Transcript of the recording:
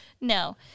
No